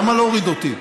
למה להוריד אותי?